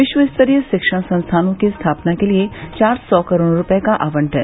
विश्व स्तरीय शिक्षण संस्थानों की स्थापना के लिए चार सौ करोड़ रूपये का आवंटन